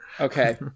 Okay